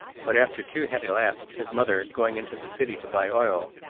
but after two had elapsed his mother, going into the city to buy oil,